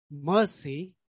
mercy